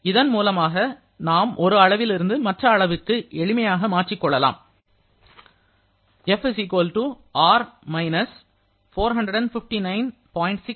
இதன் மூலமாக நாம் ஒரு அளவிலிருந்து மற்ற அளவிற்கு எளிமையாக மாற்றிக்கொள்ளலாம் F R - 459